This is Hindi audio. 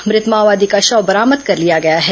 मृत माओवादी का शव बरामद कर लिया गया है